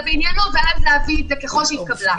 בעניינו ואז להביא את זה ככל שהיא התקבלה.